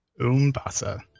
Umbasa